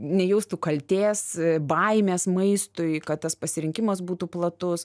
nejaustų kaltės baimės maistui kad tas pasirinkimas būtų platus